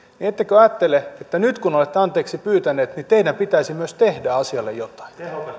ettekö ajattele että nyt kun olette anteeksi pyytänyt teidän pitäisi myös tehdä asialle jotain